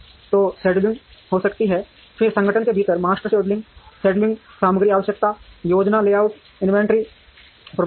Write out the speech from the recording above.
तो शेड्यूलिंग हो सकती है फिर संगठन के भीतर मास्टर शेड्यूलिंग सामग्री आवश्यकता योजना लेआउट इन्वेंट्री प्रबंधन